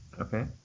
Okay